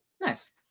Nice